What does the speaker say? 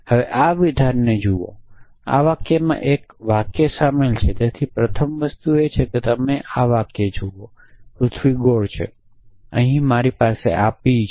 હવે આ વિધાનને જુઓ આ વાક્યમાં એક વાક્ય શામેલ છે તેથી તે પ્રથમ વસ્તુ છે કે તમે આ વાક્ય જોવો કે પૃથ્વી ગોળ છે અને મારી પાસે અહીં p છે